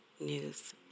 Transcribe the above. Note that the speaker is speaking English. news